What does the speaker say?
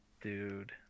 Dude